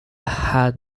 had